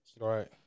Right